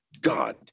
God